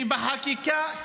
זה קיים בחקיקה.